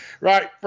right